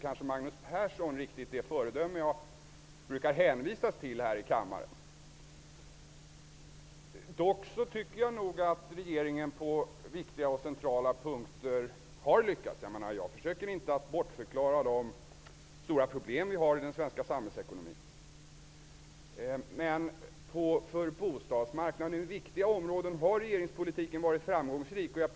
Nu är Magnus Persson kanske inte riktigt det föredöme som jag brukar hänvisas till här i kammaren. Jag tycker dock att regeringen på viktiga och centrala punkter har lyckats. Jag försöker inte att bortförklara de stora problem som vi har i den svenska samhällsekonomin. Men när det gäller bostadsmarknaden och andra viktiga områden har regeringspolitiken varit framgångsrik.